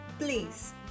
Please